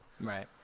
right